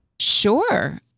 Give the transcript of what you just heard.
Sure